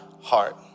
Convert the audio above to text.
heart